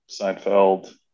seinfeld